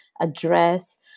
address